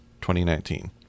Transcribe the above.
2019